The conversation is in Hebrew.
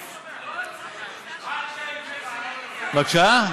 יש לך, בבקשה?